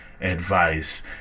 advice